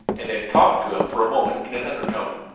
and then talked to him for a moment in an undertone.